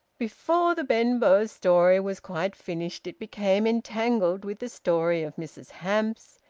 before the benbow story was quite finished it became entangled with the story of mrs hamps,